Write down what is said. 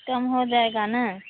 कम हो जाएगा ना